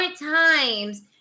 times